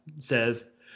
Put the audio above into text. says